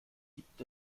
gibt